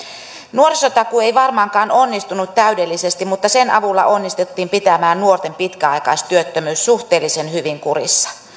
nuorisotakuu ei varmaankaan onnistunut täydellisesti mutta sen avulla onnistuttiin pitämään nuorten pitkäaikaistyöttömyys suhteellisen hyvin kurissa